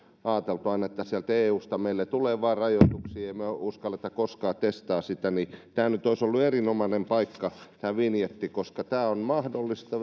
moneen kertaan ajateltu että sieltä eusta meille tulee vain rajoituksia emmekä uskalla koskaan testata sitä niin nyt olisi ollut erinomainen paikka siihen tämän vinjetin kohdalla koska tämä on mahdollista